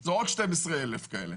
זה עוד 12,000 כאלה,